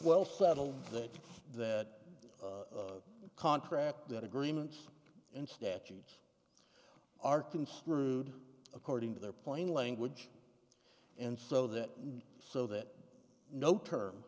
well settled that that contract that agreements and statutes are construed according to their plain language and so that and so that no term